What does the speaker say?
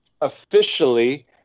Officially